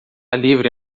livre